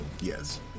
Yes